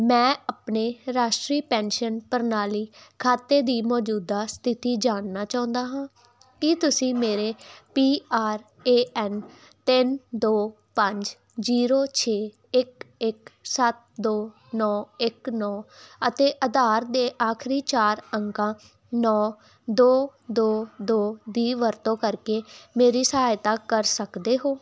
ਮੈਂ ਆਪਣੇ ਰਾਸ਼ਟਰੀ ਪੈਨਸ਼ਨ ਪ੍ਰਣਾਲੀ ਖਾਤੇ ਦੀ ਮੌਜੂਦਾ ਸਥਿਤੀ ਜਾਣਨਾ ਚਾਹੁੰਦਾ ਹਾਂ ਕੀ ਤੁਸੀਂ ਮੇਰੇ ਪੀ ਆਰ ਏ ਐੱਨ ਤਿੰਨ ਦੋ ਪੰਜ ਜ਼ੀਰੋ ਛੇ ਇੱਕ ਇੱਕ ਸੱਤ ਦੋ ਨੌਂ ਇੱਕ ਨੌਂ ਅਤੇ ਆਧਾਰ ਦੇ ਆਖਰੀ ਚਾਰ ਅੰਕਾਂ ਨੌਂ ਦੋ ਦੋ ਦੋ ਦੀ ਵਰਤੋਂ ਕਰਕੇ ਮੇਰੀ ਸਹਾਇਤਾ ਕਰ ਸਕਦੇ ਹੋ